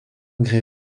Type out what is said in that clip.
grès